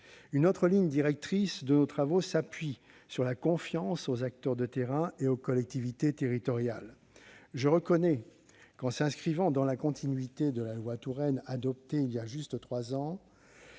Une autre ligne directrice de nos travaux s'appuie sur la confiance dans les acteurs de terrain et dans les collectivités territoriales. Je reconnais que, en s'inscrivant dans la continuité de la loi Touraine, adoptée voilà juste trois ans,